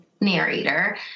narrator